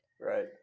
right